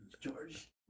George